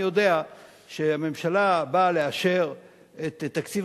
אני יודע שהממשלה באה לאשר את תקציב